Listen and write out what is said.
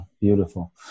Beautiful